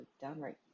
downright